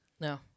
No